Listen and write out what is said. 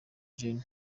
gen